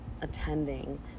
attending